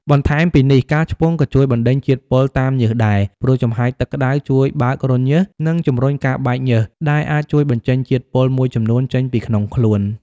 បន្ថែមពីនេះ ការឆ្ពង់ក៏ជួយបណ្តេញជាតិពុលតាមញើសដែរ ព្រោះចំហាយទឹកក្តៅជួយបើករន្ធញើស និងជំរុញការបែកញើស ដែលអាចជួយបញ្ចេញជាតិពុលមួយចំនួនចេញពីក្នុងខ្លួន។